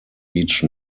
each